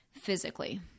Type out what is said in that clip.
physically